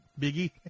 Biggie